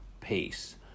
peace